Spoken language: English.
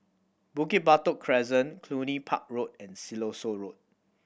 Bukit Batok Crescent Cluny Park Road and Siloso Road